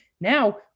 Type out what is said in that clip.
Now